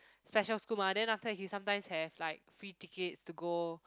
special school mah then after that he sometimes have like free tickets to go